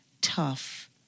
tough